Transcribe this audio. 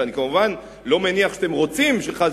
ואני כמובן לא מניח שאתם רוצים שחס